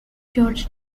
george